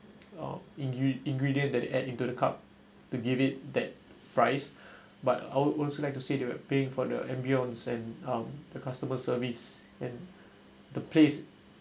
uh ingre~ ingredient that add into the cup to give it that price but I would also like to say that you're paying for the ambiance and um the customer service and the place